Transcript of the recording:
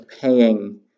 paying